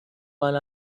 one